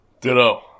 Ditto